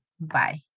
Bye